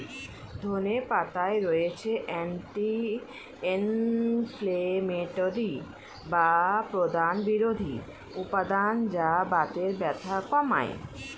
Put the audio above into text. ধনে পাতায় রয়েছে অ্যান্টি ইনফ্লেমেটরি বা প্রদাহ বিরোধী উপাদান যা বাতের ব্যথা কমায়